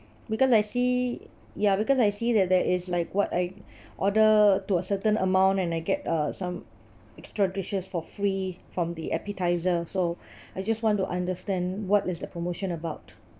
because I see ya because I see that there is like what I order to a certain amount and I get uh some extra dishes for free from the appetiser so I just want to understand what is the promotion about